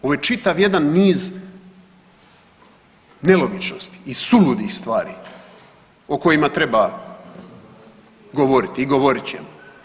Ovo je čitav jedan niz nelogičnosti i suludih stvari o kojima treba govoriti i govorit ćemo.